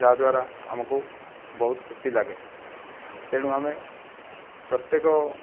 ଯାହାଦ୍ଵାରା ଆମକୁ ବହୁତ ଖୁସି ଲାଗେ ତେଣୁ ଆମେ ପ୍ରତ୍ୟେକ